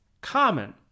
common